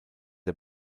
der